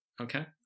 Okay